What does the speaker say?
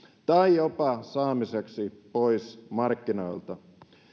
tai jopa saamista pois markkinoilta